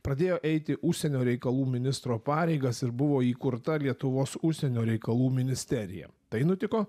pradėjo eiti užsienio reikalų ministro pareigas ir buvo įkurta lietuvos užsienio reikalų ministerija tai nutiko